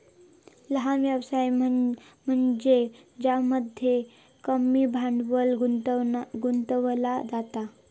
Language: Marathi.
लहान व्यवसाय म्हनज्ये ज्यामध्ये कमी भांडवल गुंतवला जाता